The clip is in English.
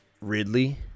Ridley